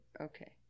Okay